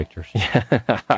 pictures